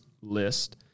list